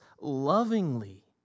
lovingly